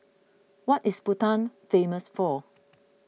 what is Bhutan famous for